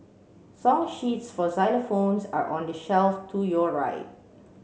song sheets for xylophones are on the shelf to your right